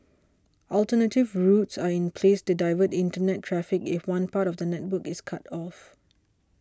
alternative routes are in place to divert internet traffic if one part of the network is cut off